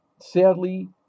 Sadly